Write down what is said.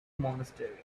monastery